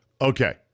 Okay